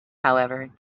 however